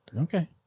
Okay